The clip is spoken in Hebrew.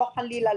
חלילה,